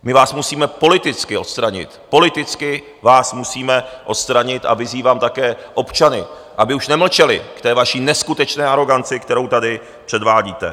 My vás musíme politicky odstranit, politicky vás musíme odstranit, a vyzývám také občany, aby už nemlčeli k té vaší neskutečné aroganci, kterou tady předvádíte.